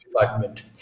Department